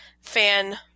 fan